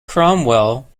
cromwell